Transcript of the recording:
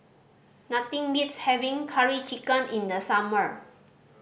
nothing beats having Curry Chicken in the summer